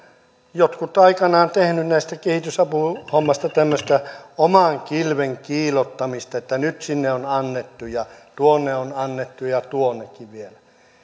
jotkut ovat aikanaan tehneet näistä kehitysapuhommista tämmöistä oman kilven kiillottamista että nyt sinne on annettu ja tuonne on annettu ja tuonnekin vielä